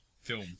film